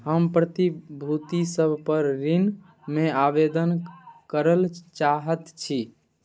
हम प्रतिभूतिसभ पर ऋणमे आवेदन करै लऽ चाहैत छी